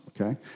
okay